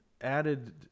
added